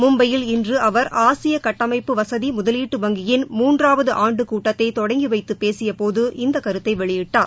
மும்பையில் இன்று அவர் ஆசிய கட்டமைப்பு வசதி முதலீட்டு வங்கியின் மூன்றாவது ஆண்டு கூட்டத்தை தொடங்கி வைத்து பேசிய போது இந்த கருத்தை வெளியிட்டார்